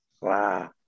Wow